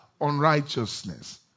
unrighteousness